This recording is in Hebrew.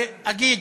ואגיד: